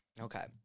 Okay